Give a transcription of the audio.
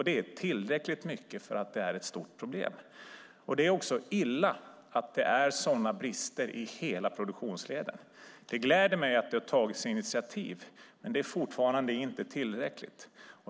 Det är tillräckligt mycket för att det ska vara ett stort problem. Det är illa att det är sådana brister i hela produktionsledet. Det gläder mig att det har tagits initiativ, men det är inte tillräckligt.